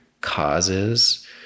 causes